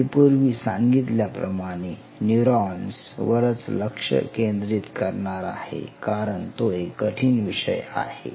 मी पूर्वी सांगितल्याप्रमाणे न्यूरॉन्स वरच लक्ष केंद्रित करणार आहे कारण तो एक कठीण विषय आहे